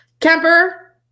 Kemper